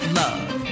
love